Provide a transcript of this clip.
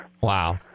wow